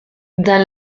dan